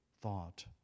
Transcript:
thought